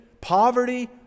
poverty